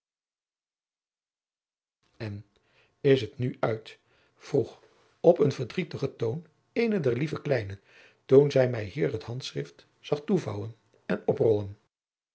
en is het nu uit vroeg op een verdrietigen toon eene der lieve kleinen toen zij mij hier het handschrift zag toevouwen en oprollen